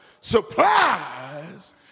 supplies